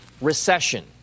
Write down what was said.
recession